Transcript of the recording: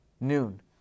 noon